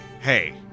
Hey